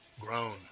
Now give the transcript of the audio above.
grown